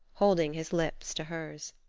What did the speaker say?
holding his lips to hers.